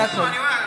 זה הכול.